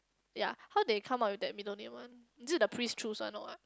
ya how they come up with that middle name one is it the priest choose one or what